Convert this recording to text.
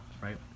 right